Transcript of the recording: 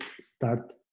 start